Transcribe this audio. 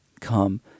come